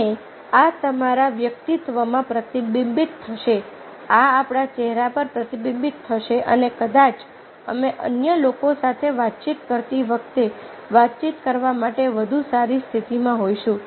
અને આ તમારા વ્યક્તિત્વમાં પ્રતિબિંબિત થશે આ આપણા ચહેરા પર પ્રતિબિંબિત થશે અને કદાચ અમે અન્ય લોકો સાથે વાતચીત કરતી વખતે વાતચીત કરવા માટે વધુ સારી સ્થિતિમાં હોઈશું